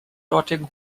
dortigen